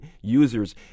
users